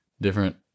different